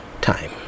time